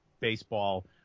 baseball